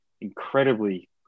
incredibly